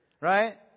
Right